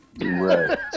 Right